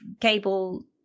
cable